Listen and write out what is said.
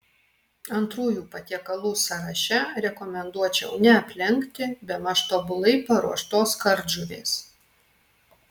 antrųjų patiekalų sąraše rekomenduočiau neaplenkti bemaž tobulai paruoštos kardžuvės